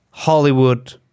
hollywood